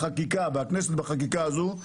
והכנסת בחקיקה הזאת,